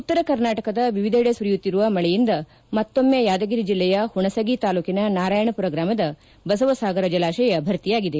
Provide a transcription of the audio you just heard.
ಉತ್ತರ ಕರ್ನಾಟಕದ ವಿವಿಧೆಡೆ ಸುರಿಯುತ್ತಿರುವ ಮಳೆಯಿಂದ ಮತ್ತೊಮ್ಮೆ ಯಾದಗಿರಿ ಜಿಲ್ಲೆಯ ಹುಣಸಗಿ ತಾಲ್ಲೂಕಿನ ನಾರಾಯಣಪುರ ಗ್ರಾಮದ ಬಸವಸಾಗರ ಜಲಾಶಯ ಭರ್ತಿಯಾಗಿದೆ